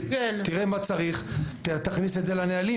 שהוא יראה מה צריך והוא יכניס את זה לנהלים